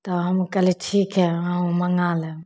तऽ हम कहलिए ठीक हइ अहूँ मँगा लेब